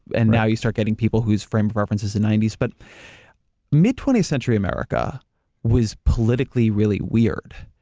and now, you start getting people whose frame of reference is the ninety s but mid twentieth century america was politically really weird.